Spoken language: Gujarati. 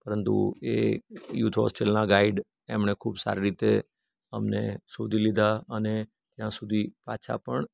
પરંતુ એ યૂથ હૉસ્ટેલના ગાઈડ એમણે ખૂબ સારી રીતે અમને શોધી લીધા અને ત્યાં સુધી પાછા પણ